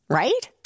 right